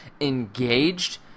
engaged